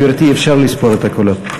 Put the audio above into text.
גברתי, אפשר לספור את הקולות.